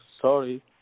sorry